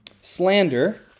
Slander